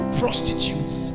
prostitutes